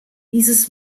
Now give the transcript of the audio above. dieses